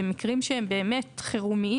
במקרים שהם באמת חירום,